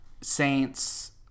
Saints